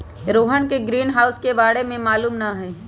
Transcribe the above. रोहन के ग्रीनहाउस के बारे में मालूम न हई